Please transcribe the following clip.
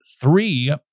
three